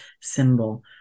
symbol